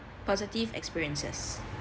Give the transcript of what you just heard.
positive experiences